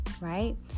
right